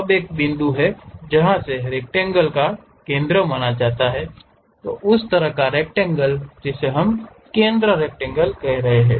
अब एक बिंदु है जहां से रक्टैंगल का केंद्र माना जाता है उस तरह का रक्टैंगल जिसे हम केंद्र रक्टैंगल कह रहे हैं